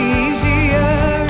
easier